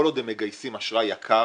כל עוד הם מגייסים אשראי יקר